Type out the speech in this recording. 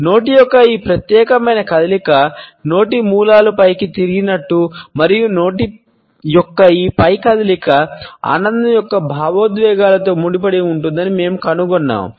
నోటి యొక్క ఈ ప్రత్యేకమైన కదలిక సమయంలో నోటి మూలలు పైకి తిరిగినట్లు మరియు నోటి యొక్క ఈ పై కదలిక ఆనందం యొక్క భావోద్వేగాలతో ముడిపడి ఉందని మేము కనుగొన్నాము